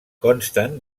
consten